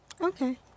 Okay